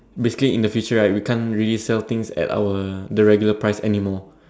basically in the future right we can't really sell things at our the regular price anymore